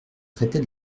traiter